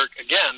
again